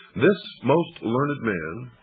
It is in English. this most learned man,